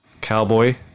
Cowboy